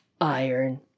Iron